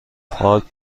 پارک